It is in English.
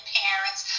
parents